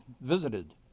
visited